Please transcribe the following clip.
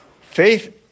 faith